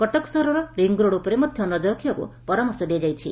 କଟକ ସହରର ring road ଉପରେ ମଧ୍ୟ ନଜର ରଖିବାକୁ ପରାମର୍ଶ ଦିଆଯାଇଛି